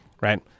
right